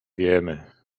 wiemy